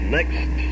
next